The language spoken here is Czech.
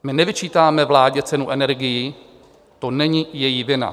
Nevyčítáme vládě cenu energií, to není její vina.